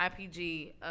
IPG